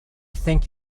think